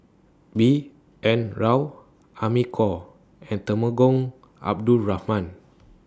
B N Rao Amy Khor and Temenggong Abdul Rahman